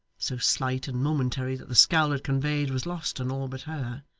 so slight and momentary that the scowl it conveyed was lost on all but her.